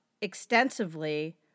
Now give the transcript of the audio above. extensively